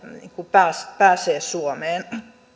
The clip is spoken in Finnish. pääsee pääsee suomeen